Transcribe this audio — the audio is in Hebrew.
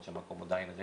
הנפלא.